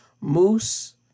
Moose